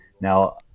Now